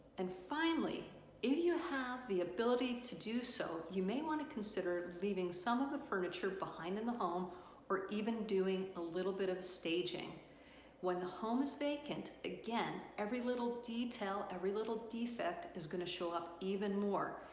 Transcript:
and finally if you have the ability to do so you may want to consider leaving some of the furniture behind in the home or even doing a little bit of staging when the home is vacant. again every little detail and every little defect is going to show up even more.